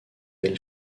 del